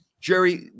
Jerry